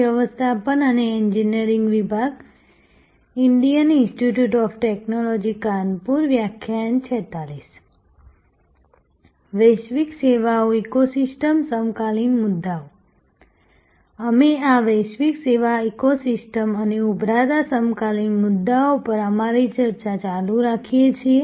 વૈશ્વિક સેવા ઇકોસિસ્ટમ સમકાલીન મુદ્દાઓ અમે આ વૈશ્વિક સેવા ઇકોસિસ્ટમ અને ઉભરતા સમકાલીન મુદ્દાઓ પર અમારી ચર્ચા ચાલુ રાખીએ છીએ